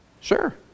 Sure